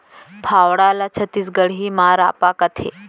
फावड़ा ल छत्तीसगढ़ी म रॉंपा कथें